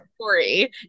story